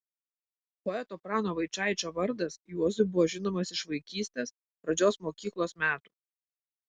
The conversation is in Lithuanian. poeto prano vaičaičio vardas juozui buvo žinomas iš vaikystės pradžios mokyklos metų